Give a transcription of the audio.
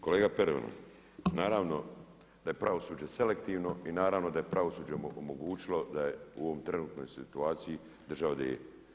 Kolega Pernar, naravno da je pravosuđe selektivno i naravno da je pravosuđe omogućilo da je u ovoj trenutnoj situaciji država gdje je.